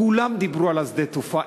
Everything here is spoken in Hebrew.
כולם דיברו על שדה-התעופה.